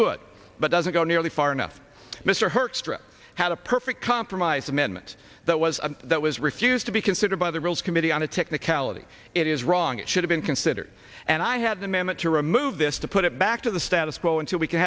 good but doesn't go nearly far enough mr herc's trip had a perfect compromise amendment that was that was refused to be considered by the rules committee on a technicality it is wrong it should have been considered and i had the moment to remove this to put it back to the status quo until we can